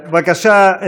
בבקשה,